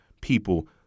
people